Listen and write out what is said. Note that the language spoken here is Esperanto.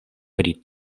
pri